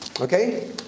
Okay